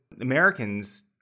Americans